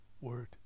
word